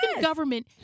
government